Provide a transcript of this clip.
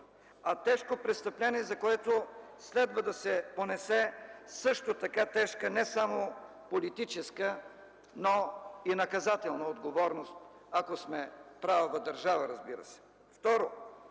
а тежко престъпление, за което следва да се понесе също така тежка не само политическа, но и наказателна отговорност, ако сме правова държава, разбира се.